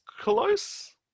close